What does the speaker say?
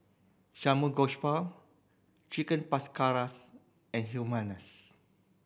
Chicken and Hummus